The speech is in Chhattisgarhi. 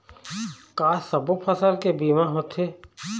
का सब्बो फसल के बीमा होथे?